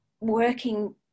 working